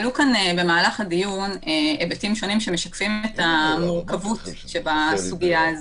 עלו כאן במהלך הדיון היבטים שונים שמשקפים את המורכבות שבסוגייה הזאת.